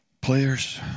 Players